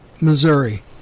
Missouri